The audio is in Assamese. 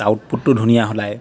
আউটপুটটো ধুনীয়া ওলায়